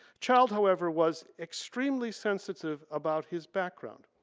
child however was extremely sensitive about his background.